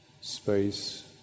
space